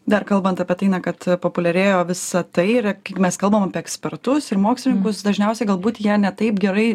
dar kalbant apie tai na kad populiarėjo visa tai yra kaip mes kalbam apie ekspertus ir mokslininkus dažniausiai galbūt jie ne taip gerai